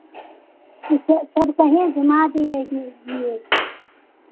अच्छा सब कहीं घुमा दिए गे लिए